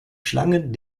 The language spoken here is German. schlangen